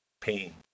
pain